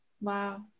Wow